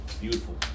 beautiful